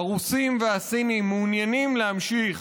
הרוסים והסינים מעוניינים להמשיך